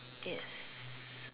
yes